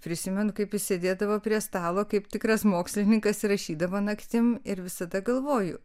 prisimenu kaip jis sėdėdavo prie stalo kaip tikras mokslininkas ir rašydavo naktim ir visada galvoju